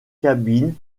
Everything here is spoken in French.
cabine